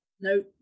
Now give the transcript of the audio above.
no